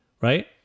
right